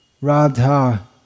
Radha